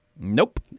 Nope